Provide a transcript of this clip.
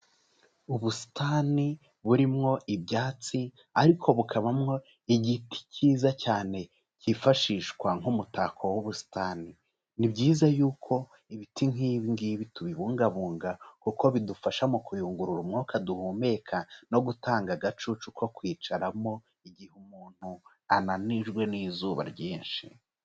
Ubusitani burimwo ibyatsi ariko bukabamwo igiti cyiza cyane cyifashishwa nk'umutako w'ubusitani, ni byiza yuko ibiti nk'ibi ngibi tubibungabunga kuko bidufasha mu kuyungurura umwuka duhumeka no gutanga agacucu ko kwicaramo, igihe umuntu ananijwe n'izuba ryinshi.